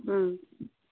ꯎꯝ